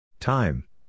Time